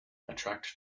attract